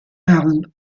hall